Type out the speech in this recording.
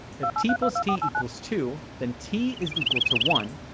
if t plus t equals two then t is equal to one.